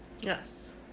Yes